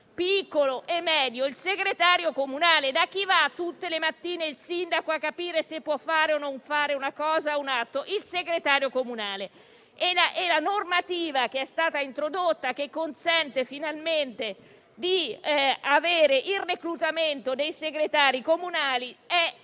piccolo e medio. È il segretario comunale. Da chi va tutte le mattine il sindaco a capire se può fare o meno un atto? Va dal segretario comunale. La normativa introdotta, che consente finalmente di avere il reclutamento dei segretari comunali, è